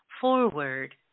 forward